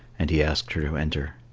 and he asked her to enter.